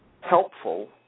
helpful